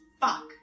fuck